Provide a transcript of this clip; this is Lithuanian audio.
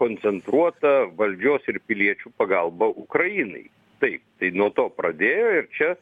koncentruota valdžios ir piliečių pagalba ukrainai tai tai nuo to pradėjo ir čia